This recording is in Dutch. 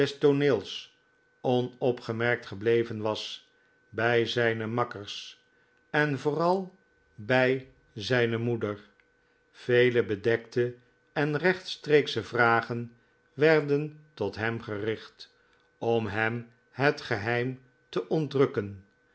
onopgemerkt gebleven was bij zijne makkers en vooral bij zijne moeder vele bedekte en rechtstreeksche vragen werden tot hem gericht om hem het geheim te